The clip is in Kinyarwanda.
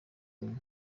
ubumwe